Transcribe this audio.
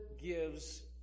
gives